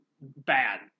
bad